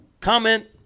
comment